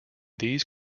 these